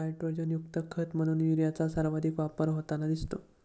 नायट्रोजनयुक्त खत म्हणून युरियाचा सर्वाधिक वापर होताना दिसतो